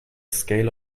scale